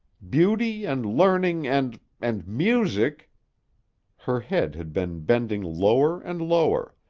beauty and learning and and music her head had been bending lower and lower,